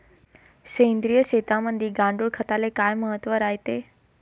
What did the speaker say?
सेंद्रिय शेतीमंदी गांडूळखताले काय महत्त्व रायते?